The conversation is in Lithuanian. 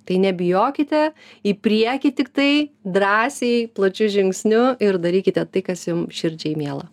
tai nebijokite į priekį tiktai drąsiai plačiu žingsniu ir darykite tai kas jum širdžiai miela